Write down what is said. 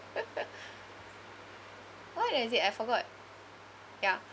why does it I forgot ya